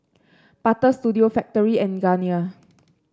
Butter Studio Factorie and Garnier